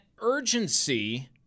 urgency